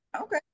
okay